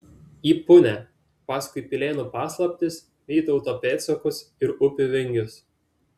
į punią paskui pilėnų paslaptis vytauto pėdsakus ir upių vingius